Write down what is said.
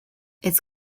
its